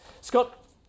Scott